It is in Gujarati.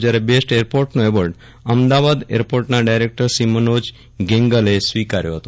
જવારે બેસ્ટ એરપોર્ટનો એવોર્ડ અમદાવાદ એરપોર્ટના ડાયરેકટર શ્રી મનોજ ગેંગલે સ્વીકાર્યો હતો